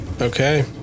Okay